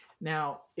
Now